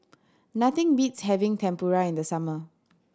nothing beats having Tempura in the summer